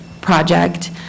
project